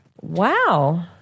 Wow